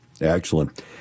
Excellent